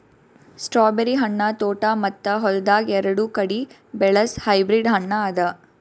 strawberry ಹಣ್ಣ ತೋಟ ಮತ್ತ ಹೊಲ್ದಾಗ್ ಎರಡು ಕಡಿ ಬೆಳಸ್ ಹೈಬ್ರಿಡ್ ಹಣ್ಣ ಅದಾ